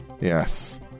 Yes